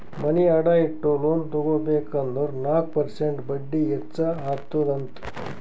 ಮನಿ ಅಡಾ ಇಟ್ಟು ಲೋನ್ ತಗೋಬೇಕ್ ಅಂದುರ್ ನಾಕ್ ಪರ್ಸೆಂಟ್ ಬಡ್ಡಿ ಹೆಚ್ಚ ಅತ್ತುದ್ ಅಂತ್